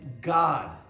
God